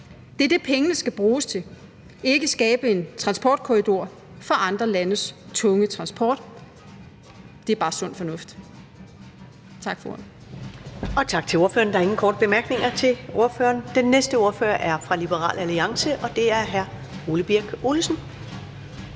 Det er det, pengene skal bruges til, ikke til at skabe en transportkorridor for andre landes tunge transport. Det er bare sund fornuft. Tak for ordet. Kl. 13:46 Første næstformand (Karen Ellemann): Tak til ordføreren. Der er ingen korte bemærkninger til ordføreren. Den næste ordfører er fra Liberal Alliance, og det er hr. Ole Birk Olesen.